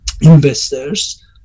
investors